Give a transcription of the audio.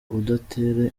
udatera